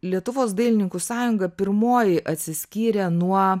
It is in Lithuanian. lietuvos dailininkų sąjunga pirmoji atsiskyrė nuo